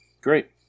Great